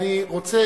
אני רוצה,